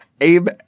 Abe